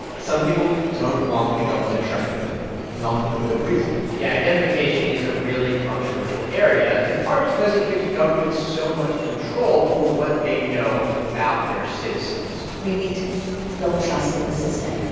some people don't want the government tracking them and often for good reason yeah. identification is a really controversial area, in part because it gives governments so much control over what they know about their citizens we need to build trust in the system.